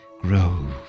grove